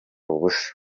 ubusa